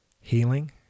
healing